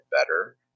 better